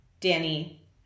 Danny